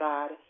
God